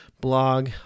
blog